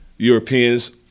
Europeans